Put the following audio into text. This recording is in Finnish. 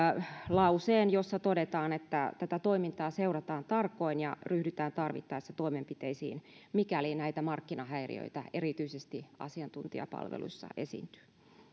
lauseen jossa todetaan että tätä toimintaa seurataan tarkoin ja ryhdytään tarvittaessa toimenpiteisiin mikäli näitä markkinahäiriöitä erityisesti asiantuntijapalveluissa esiintyy